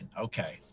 Okay